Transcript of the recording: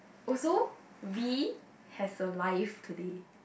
also V has a live today